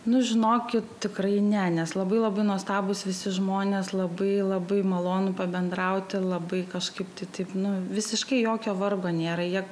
nu žinokit tikrai ne nes labai labai nuostabūs visi žmonės labai labai malonu pabendrauti labai kažkaip tai taip nu visiškai jokio vargo nėra jie